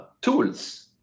tools